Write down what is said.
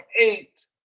eight